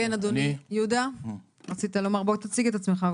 אדוני, בוא, תציג את עצמך.